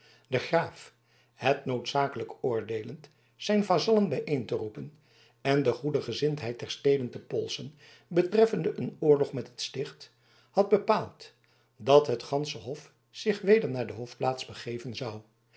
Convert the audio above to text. de graaf het noodzakelijk oordeelende zijn vazallen bijeen te roepen en de goede gezindheid der steden te polsen betreffende een oorlog met het sticht had bepaald dat het gansche hof zich weder naar de hofplaats begeven zou